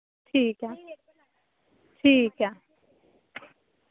ठीक ऐ ठीक ऐ